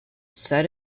set